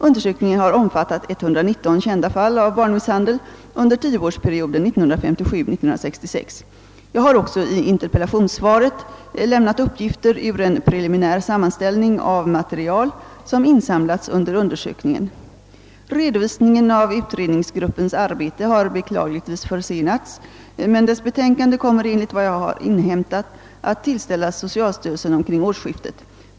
Undersökningen har omfattat 119 kända fall av barnmisshandel under tioårsperioden 1957— 1966. Jag har också i interpellationssvaret lämnat uppgifter ur en preliminär sammanställning av material som insamlats under undersökningen. Redovisningen av utredningsgruppens arbete har beklagligtvis försenats, men dess betänkande kommer enligt vad jag inhämtat att tillställas socialstyrelsen omkring årsskiftet.